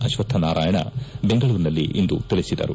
ಅಶ್ವಥನಾರಾಯಣ ಬೆಂಗಳೂರಿನಲ್ಲಿಂದು ತಿಳಿಸಿದರು